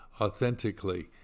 authentically